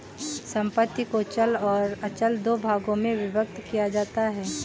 संपत्ति को चल और अचल दो भागों में विभक्त किया जाता है